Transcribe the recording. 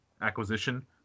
acquisition